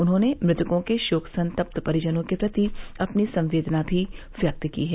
उन्होंने मृतकों के शोक संतप्त परिजनों के प्रति अपनी संवेदना भी व्यक्त की है